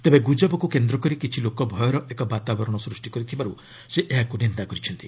ତେବେ ଗୁଜବକୁ କେନ୍ଦ୍ରକରି କିଛି ଲୋକ ଭୟର ଏକ ବାତାବରଣ ସୃଷ୍ଟି କର୍ତ୍ତବାର୍ ସେ ଏହାକୁ ନିନ୍ଦା କରିଛନ୍ତି